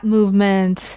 Movement